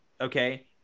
Okay